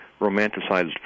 romanticized